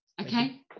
Okay